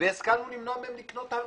והשכלנו למנוע מהם לקנות אלכוהול,